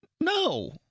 No